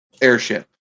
airship